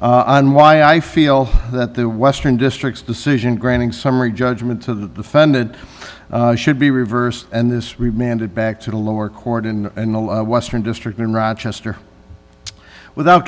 and why i feel that the western district's decision granting summary judgment to the fended should be reversed and this mandate back to the lower court in western district in rochester without